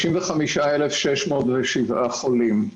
1,055,607 חולים.